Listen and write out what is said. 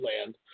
land